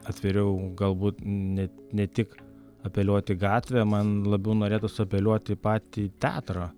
atviriau galbūt ne ne tik apeliuot į gatvę man labiau norėtųs apeliuot į patį teatrą